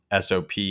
SOP